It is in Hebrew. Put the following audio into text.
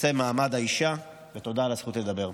נושא מעמד האישה, ותודה על הזכות לדבר.